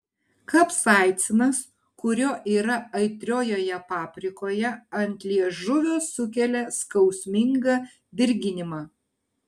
kapsaicinas kurio yra aitriojoje paprikoje ant liežuvio sukelia skausmingą dirginimą